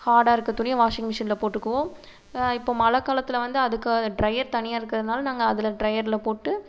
ஹார்டாக இருக்க துணியை வாஷிங் மிஷினில் போட்டுக்குவோம் இப்போ மழை காலத்தில் வந்து அதுக்கு ட்ரையர் தனியாக இருக்கிறதுனால நாங்கள் அதில் ட்ரையரில் போட்டு